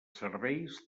serveis